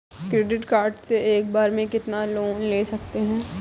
Credit card से एक बार में कितना लोन ले सकते हैं?